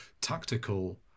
tactical